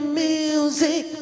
music